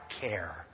care